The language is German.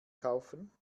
kaufen